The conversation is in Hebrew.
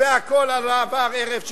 והכוח עבר ערב ששינסקי.